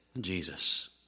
Jesus